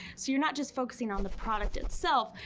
so you're not just focusing on the product itself,